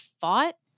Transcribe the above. fought